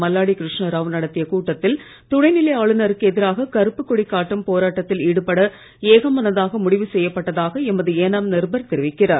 மல்லாடி கிருஷ்ணராவ் நடத்திய கூட்டத்தில் துணைநிலை ஆளுநருக்கு எதிராக கருப்புக் கொடி காட்டும் போராட்டத்தில் ஈடுபட ஏகமனதாக முடிவு செய்யப்பட்டதாக எமது ஏனாம் நிருபர் தெரிவிக்கிறார்